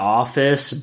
office